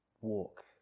walk